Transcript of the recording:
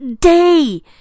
day